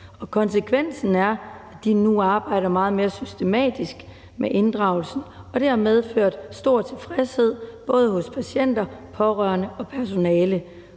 konsekvensen er, at de nu arbejder meget mere systematisk med pårørendeinddragelsen, og det har medført stor tilfredshed både hos patienter, pårørende og personale,